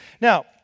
Now